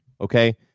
Okay